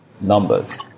numbers